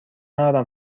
ندارم